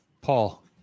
Paul